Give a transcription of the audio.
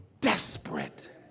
desperate